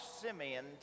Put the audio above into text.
Simeon